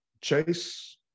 Chase